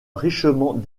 richement